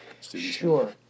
Sure